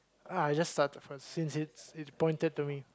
I just started first since it's it's pointed to me